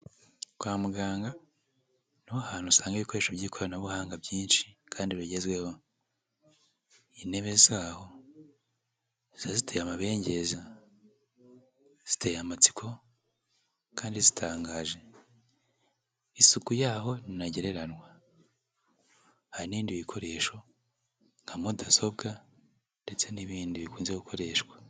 Kwa muganga ni ho hantu usanga ibikoresho by'ikoranabuhanga byinshi kandi bigezweho, intebe zaho ziba ziteye amabengeza, ziteye amatsiko kandi zitangaje, isuku yaho ni ntagereranywa, hari n'ibindi bikoresho nka mudasobwa ndetse n'ibindi bikunze gukoreshwa.